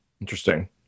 Interesting